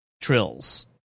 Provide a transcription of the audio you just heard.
trills